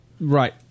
Right